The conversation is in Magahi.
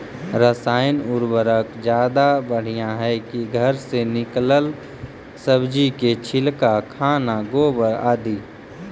रासायन उर्वरक ज्यादा बढ़िया हैं कि घर से निकलल सब्जी के छिलका, खाना, गोबर, आदि?